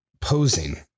posing